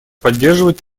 поддерживать